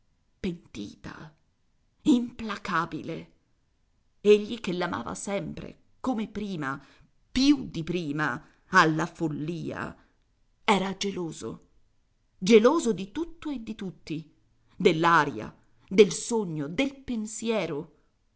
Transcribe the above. pentita implacabile egli che l'amava sempre come prima più di prima alla follia era geloso geloso di tutto e di tutti dell'aria del sogno del pensiero